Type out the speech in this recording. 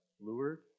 Lured